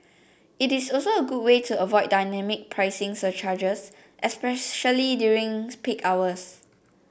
it is also a good way to avoid dynamic pricing surcharges especially during peak hours